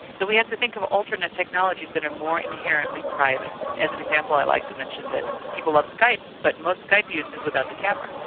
we have to think of alternate technologies that are more inherently private. as an example i like to mention that people love skype, but most skype use is without the camera.